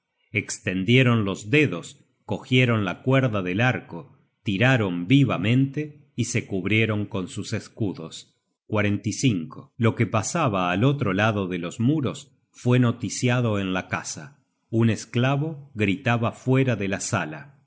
estendieron los dedos cogieron la cuerda del arco tiraron vivamente y se cubrieron con sus escudos lo que pasaba al otro lado de los muros fue noticiado en la casa un esclavo gritaba fuera de la sala